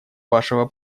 вашего